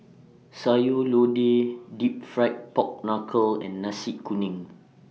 Sayur Lodeh Deep Fried Pork Knuckle and Nasi Kuning